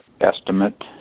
estimate